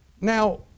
Now